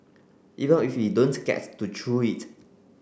even if we don't get to chew it